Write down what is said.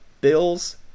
Bills